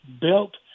built